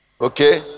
Okay